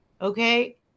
Okay